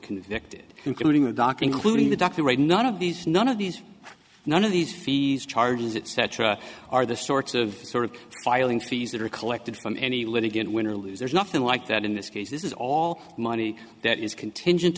convicted including a doc including the doctor right none of these none of these none of these fees charges it cetera are the sorts of sort of filing fees that are collected from any litigant win or lose there's nothing like that in this case this is all money that is contingent